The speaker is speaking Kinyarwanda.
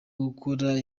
gukora